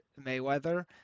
Mayweather